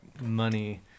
money